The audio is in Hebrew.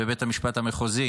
בבית המשפט המחוזי